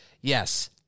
yes